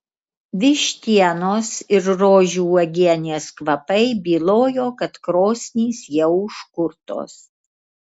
vištienos ir rožių uogienės kvapai bylojo kad krosnys jau užkurtos